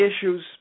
issues